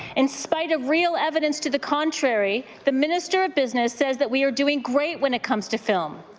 and spite of real evidence to the contrary, the minister of business says that we are doing great when it comes to film,